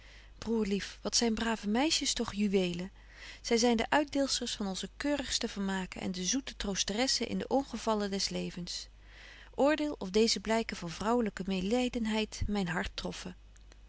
broêr lief wat zyn brave meisjes toch juwelen zy zyn de uitdeelsters van onze keurigste vermaken en de zoete troosteressen in de ongevallen des levens oordeel of deeze blyken van vrouwelyke meêlydenheid myn hart troffen